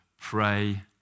pray